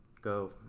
go